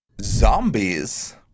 zombies